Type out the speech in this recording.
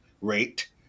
rate